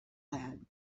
had